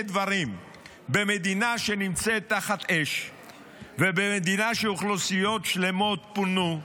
במדינה שנמצאת תחת אש ובמדינה שאוכלוסיות שלמות בה פונו,